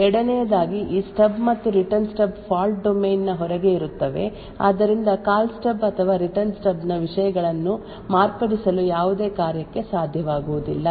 ಎರಡನೆಯದಾಗಿ ಈ ಸ್ಟಬ್ ಮತ್ತು ರಿಟರ್ನ್ ಸ್ಟಬ್ ಫಾಲ್ಟ್ ಡೊಮೇನ್ ನ ಹೊರಗೆ ಇರುತ್ತವೆ ಆದ್ದರಿಂದ ಕಾಲ್ ಸ್ಟಬ್ ಅಥವಾ ರಿಟರ್ನ್ ಸ್ಟಬ್ ನ ವಿಷಯಗಳನ್ನು ಮಾರ್ಪಡಿಸಲು ಯಾವುದೇ ಕಾರ್ಯಕ್ಕೆ ಸಾಧ್ಯವಾಗುವುದಿಲ್ಲ